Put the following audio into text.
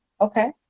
Okay